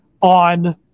on